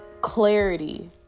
clarity